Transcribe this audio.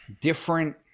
different